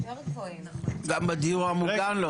גם בדיור המוגן?